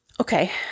Okay